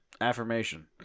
Affirmation